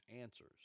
answers